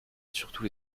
surtout